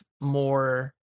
more